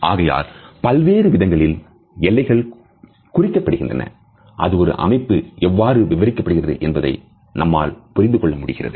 ஆகையால் பல்வேறு விதங்களில் எல்லைகள் குறிக்கப்படுகிறது அது ஒரு அமைப்பு எவ்வாறு விவரிக்கப்படுகிறது என்பதை நம்மால் புரிந்து கொள்ள முடிகிறது